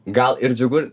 gal ir džiugu